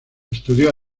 estudió